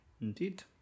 indeed